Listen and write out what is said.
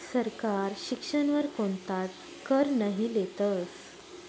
सरकार शिक्षण वर कोणताच कर नही लेतस